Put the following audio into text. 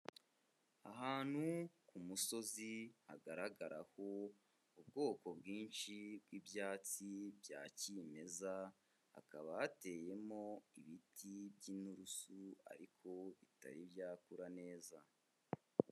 Ahantu ku musozi hagaragaraho ubwoko bwinshi bw'ibyatsi bya kimeza, hakaba hateyemo ibiti by'inturusu ariko bitari byakura neza.